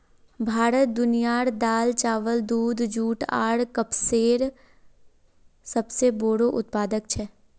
भारत दुनियार दाल, चावल, दूध, जुट आर कपसेर सबसे बोड़ो उत्पादक छे